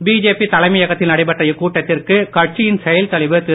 BJP தலைமையகத்தில் நடைபெற்ற இக்கூட்டத்திற்கு கட்சியின் செயல்தலைவர் திரு